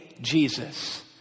Jesus